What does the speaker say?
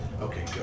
Okay